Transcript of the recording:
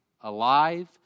alive